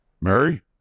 Mary